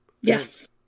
Yes